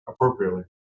appropriately